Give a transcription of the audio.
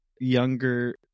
younger